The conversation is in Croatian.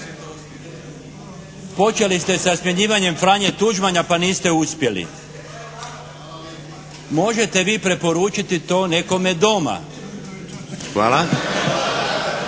Počeli ste sa smjenjivanjem Franje Tuđmana pa niste uspjeli. Možete vi preporučiti to nekome doma.